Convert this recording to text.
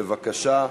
בבקשה.